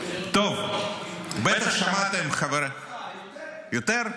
--- בטח שמעתם, חברי --- יותר?